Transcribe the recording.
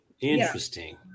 Interesting